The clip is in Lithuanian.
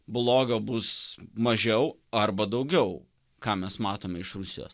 blogio bus mažiau arba daugiau ką mes matom iš rusijos